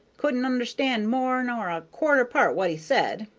couldn't understand more nor a quarter part what he said,